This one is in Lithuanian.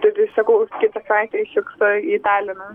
taigi sakau kitą savaitę išvykstu į taliną